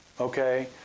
okay